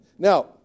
Now